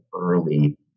early